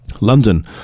London